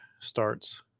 starts